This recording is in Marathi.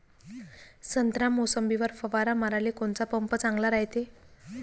संत्रा, मोसंबीवर फवारा माराले कोनचा पंप चांगला रायते?